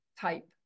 type